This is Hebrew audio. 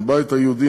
הבית היהודי,